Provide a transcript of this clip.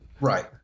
Right